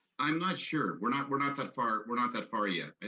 i'm not sure, we're not we're not that far, we're not that far yet.